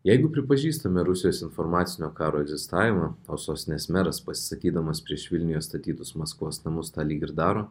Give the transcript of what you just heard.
jeigu pripažįstame rusijos informacinio karo egzistavimą o sostinės meras pasisakydamas prieš vilniuje statytus maskvos namus tą lyg ir daro